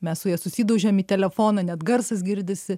mes su ja susidaužėm į telefoną net garsas girdisi